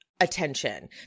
attention